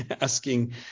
asking